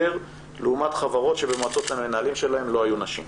לעומת חברות שבמועצות המנהלים שלהן לא היו נשים.